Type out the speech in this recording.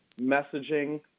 messaging